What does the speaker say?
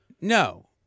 No